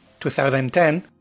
2010